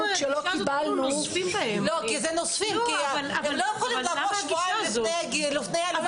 אנחנו נוזפים כי לא יכולים לבוא שבועיים לפני האירוע